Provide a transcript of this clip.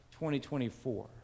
2024